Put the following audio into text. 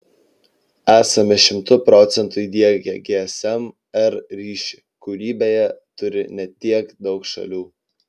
esame šimtu procentų įdiegę gsm r ryšį kurį beje turi ne tiek daug šalių